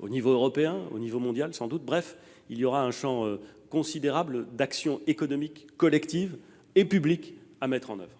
aux niveaux européen et mondial. Bref, il y aura un champ considérable d'actions économiques collectives et publiques à mettre en oeuvre.